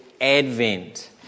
Advent